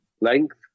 length